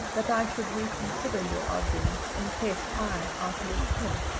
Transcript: that i should reconsider your arguments in case i outlived him.